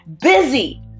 busy